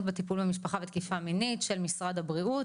ה-4 לינואר 2022 למניינם, ב' בשבט תשפ"ב.